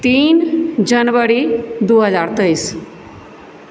तीन जनवरी दू हजार तेइस